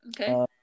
Okay